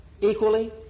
equally